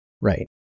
Right